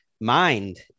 mind